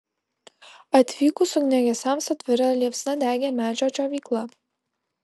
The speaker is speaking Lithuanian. atvykus ugniagesiams atvira liepsna degė medžio džiovykla